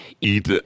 eat